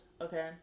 okay